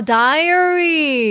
diary